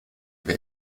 wer